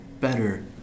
better